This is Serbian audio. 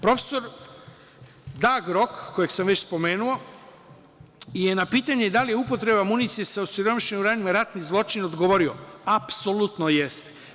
Profesor Dag Rok, kojeg sam već spomenuo, je na pitanje da li je upotreba municije sa osiromašenim uranijumom ratni zločin, odgovorio – apsolutno jeste.